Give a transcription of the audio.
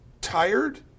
tired